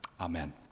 amen